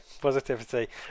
Positivity